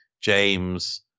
James